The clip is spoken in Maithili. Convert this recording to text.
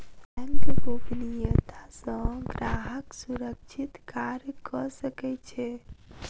बैंक गोपनियता सॅ ग्राहक सुरक्षित कार्य कअ सकै छै